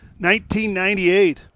1998